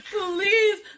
Please